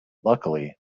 luckily